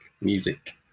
music